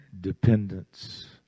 dependence